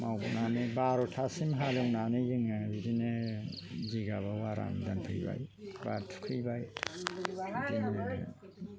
मावनानै बार'थासिम हालेवनानै जोङो बिदिनो जिगाबआव आराम दोनफैबाय बा थुखैबाय बिदिनो